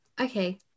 Okay